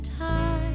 time